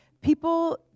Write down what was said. people